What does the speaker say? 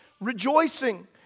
rejoicing